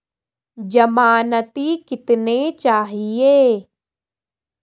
ज़मानती कितने चाहिये?